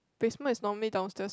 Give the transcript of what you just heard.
basement is normally downstairs [what]